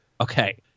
okay